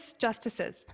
Justices